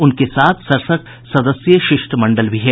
उनके साथ सड़सठ सदस्यीय शिष्टमंडल भी है